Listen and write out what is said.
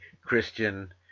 Christian